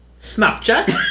Snapchat